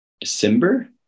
december